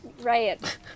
Riot